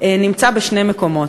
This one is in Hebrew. נמצא בשני מקומות: